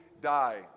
die